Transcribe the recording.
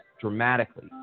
dramatically